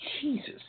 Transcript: Jesus